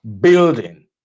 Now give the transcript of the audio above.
building